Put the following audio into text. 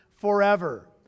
forever